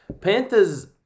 Panthers